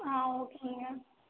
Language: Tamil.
ஓகேங்க